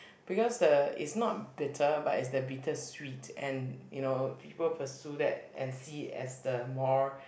because the is not bitter but is the bitter sweet and you know people pursue that and see it as the more